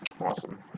Awesome